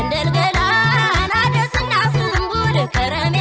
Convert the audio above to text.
and the and